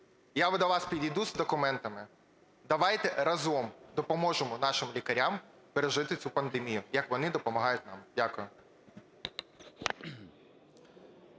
Я до вас підійду з документами, давайте разом допоможемо нашим лікарям пережити цю пандемію, як вони допомагають нам. Дякую.